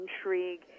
intrigue